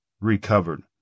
recovered